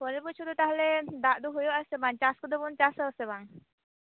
ᱯᱚᱨᱮᱨ ᱵᱚᱪᱷᱚᱨᱚ ᱫᱚ ᱛᱟᱦᱚᱞᱮ ᱫᱟᱜ ᱫᱚ ᱦᱳᱭᱳᱜᱼᱟ ᱥᱮ ᱵᱟᱝ ᱪᱟᱥ ᱠᱚᱫᱚᱵᱚᱱ ᱪᱟᱥ ᱟᱥᱮ ᱵᱟᱝ